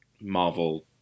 Marvel